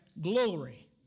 Glory